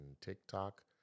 TikTok